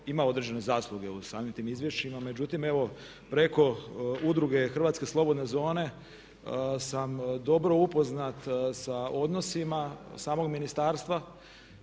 ima određene zasluge u samim tim izvješćima, međutim evo preko udruge „Hrvatske slobodne zone“ sam dobro upoznat sa odnosima samog ministarstva,